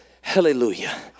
Hallelujah